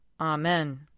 Amen